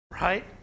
right